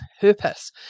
purpose